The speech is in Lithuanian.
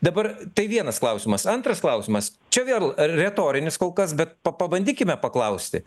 dabar tai vienas klausimas antras klausimas čia vėl retorinis kol kas bet pa pabandykime paklausti